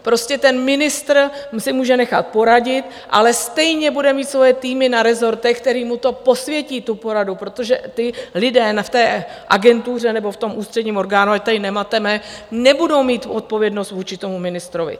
Prostě ministr si může nechat poradit, ale stejně bude mít svoje týmy na rezortech, které mu to posvětí, tu poradu, protože lidé v té agentuře nebo v tom ústředním orgánu, ať tady nemateme, nebudou mít odpovědnost vůči ministrovi.